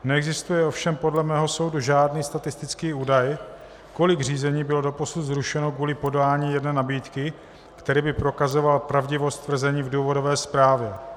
Neexistuje ovšem podle mého soudu žádný statistický údaj, kolik řízení bylo doposud zrušeno kvůli podání jedné nabídky, který by prokazoval pravdivost tvrzení v důvodové zprávě.